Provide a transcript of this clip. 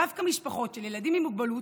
דווקא משפחות של ילדים עם מוגבלות,